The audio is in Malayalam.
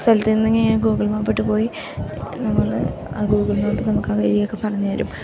സ്ഥലത്ത് നിന്നെങ്കിൽ ഗൂഗിൾ മാപ്പിട്ട് പോയി നമ്മൾ ആ ഗൂഗിൾ മാപ്പ് നമുക്ക് ആ വഴിയൊക്കെ പറഞ്ഞു തരും